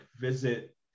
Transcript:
visit